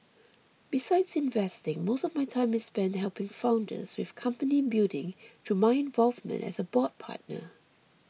besides investing most of my time is spent helping founders with company building through my involvement as a board partner